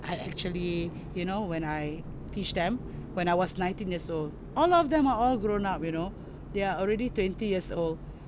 I actually you know when I teach them when I was nineteen years old all of them are all grown up you know they are already twenty years old